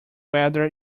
whether